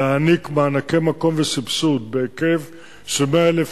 להעניק מענקי מקום וסבסוד בהיקף של 100,000